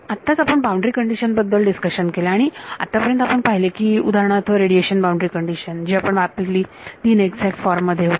आताच आपण boundary condition बद्दल डिस्कशन केले आणि आतापर्यंत आपण पाहिले उदाहरणार्थ रेडिएशन बाउंड्री कंडिशन जी आपण वापरली ती इनएक्झॅक्ट फॉर्म मध्ये होती